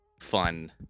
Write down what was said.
fun